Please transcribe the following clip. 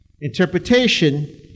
interpretation